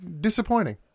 disappointing